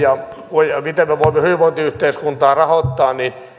ja miten me voimme hyvinvointiyhteiskuntaa rahoittaa niin